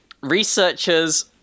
researchers